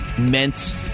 meant